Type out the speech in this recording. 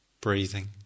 Breathing